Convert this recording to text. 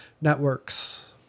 networks